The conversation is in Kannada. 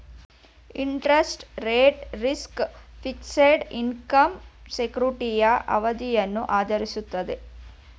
interest rate risk, fixed income ಸೆಕ್ಯೂರಿಟಿಯ ಅವಧಿಯನ್ನು ಆಧರಿಸಿರುತ್ತದೆ